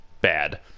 bad